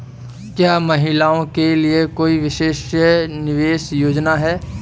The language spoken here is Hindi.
क्या महिलाओं के लिए कोई विशेष निवेश योजना है?